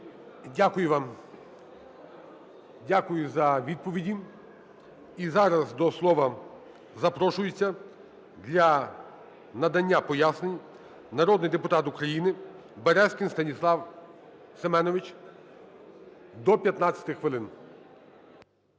Дякую за відповіді. І зараз до слова запрошується для надання пояснень народний депутат України Березкін Станіслав Семенович, до 15 хвилин.